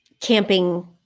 camping